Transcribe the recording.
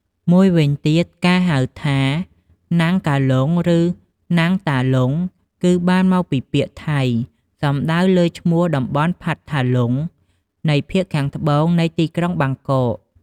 មួយវិញទៀត ការហៅថា “ណាំងកាលុង” ឬ “ណាំងតាលុង” គឺបានមកពីពាក្យថៃសំដៅទៅលើឈ្មោះតំបន់ផាត់ថាលុង នៃភាគខាងត្បូងនៃទីក្រុងបាងកក ។